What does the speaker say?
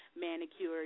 manicure